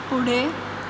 पुढे